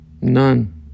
None